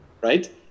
Right